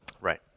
Right